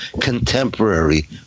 contemporary